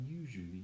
usually